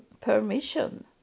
permission